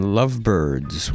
lovebirds